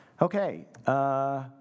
Okay